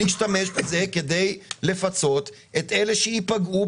להשתמש בזה כדי לפצות את אלה שייפגעו,